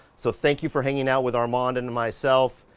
so thank you for hanging out with armand and myself.